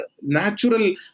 natural